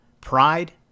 pride